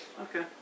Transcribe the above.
Okay